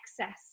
excess